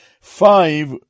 five